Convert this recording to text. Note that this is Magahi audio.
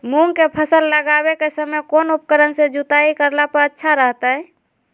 मूंग के फसल लगावे के समय कौन उपकरण से जुताई करला पर अच्छा रहतय?